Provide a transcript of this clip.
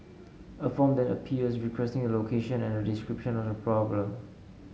a form then appears requesting the location and a description of the problem